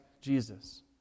Jesus